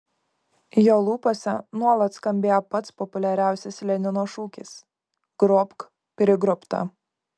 jo lūpose nuolat skambėjo pats populiariausias lenino šūkis grobk prigrobtą